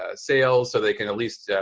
ah sales so they can at least,